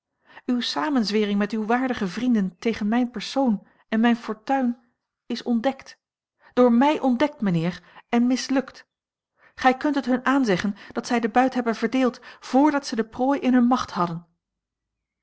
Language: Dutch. uwe samenzwering met uwe waardige vrienden tegen mijn persoon en mijne fortuin is ontdekt door mij ontdekt mijnheer en mislukt gij kunt het hun aanzeggen dat zij den buit hebben verdeeld vrdat zij de prooi in hunne macht hadden